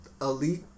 elite